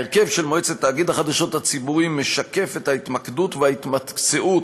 ההרכב של מועצת תאגיד החדשות הציבורי משקף את ההתמקדות ואת ההתמקצעות